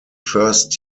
first